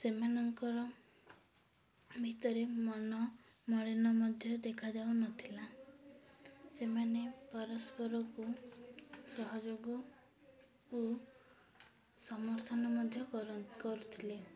ସେମାନଙ୍କର ଭିତରେ ମନମାଳିନ ମଧ୍ୟ ଦେଖାଯାଉ ନଥିଲା ସେମାନେ ପରସ୍ପରକୁ ସହଯୋଗକୁ ସମର୍ଥନ ମଧ୍ୟ କର କରୁଥିଲେ